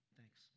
thanks